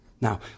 Now